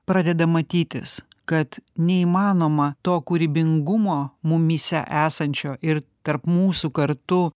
pradeda matytis kad neįmanoma to kūrybingumo mumyse esančio ir tarp mūsų kartu